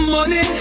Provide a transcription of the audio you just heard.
Money